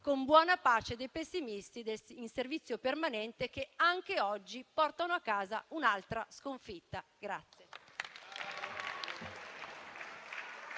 con buona pace dei pessimisti in servizio permanente, che anche oggi portano a casa un'altra sconfitta.